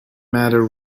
matter